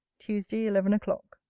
tuesday, eleven o'clock.